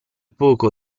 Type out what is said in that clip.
poco